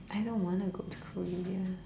I don't wanna go to Korea